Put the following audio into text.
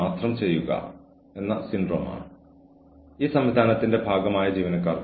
നമ്മൾ എല്ലാവരും ജോലിക്ക് വരാൻ ഇഷ്ടപ്പെടുന്നവരാണ്